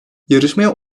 yarışmaya